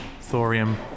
thorium